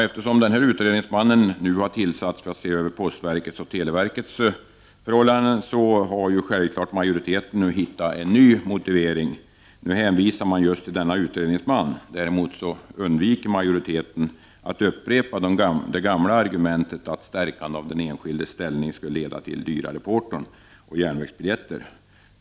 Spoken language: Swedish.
Eftersom utredningsmannen har tillsatts för att se över postverkets och televerkets former för reglering av rättsförhållanden gentemot enskilda, har majoriteten självfallet funnit en ny motivering för sitt avslagsyrkande. Nu hänvisar man till denne utredningsman. Däremot undviker majoriteten att upprepa det gamla argumentet om att ett stärkande av den enskildes ställning skulle kunna leda till dyrare porton och högre priser på järnvägsbiljetter.